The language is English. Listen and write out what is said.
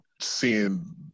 seeing